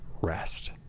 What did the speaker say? rest